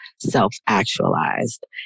Self-actualized